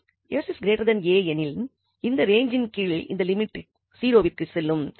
𝑠 𝑎 எனும் இந்த ரேஞ்ஜின் கீழ் இந்த லிமிட் 0விற்கு செல்லும்